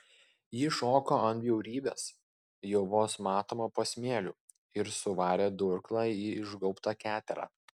ji šoko ant bjaurybės jau vos matomo po smėliu ir suvarė durklą į išgaubtą keterą